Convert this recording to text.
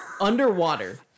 Underwater